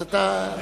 אז אתה,